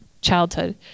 childhood